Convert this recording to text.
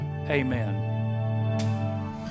Amen